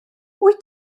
wyt